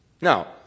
Now